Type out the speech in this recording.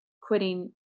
quitting